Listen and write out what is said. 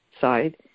side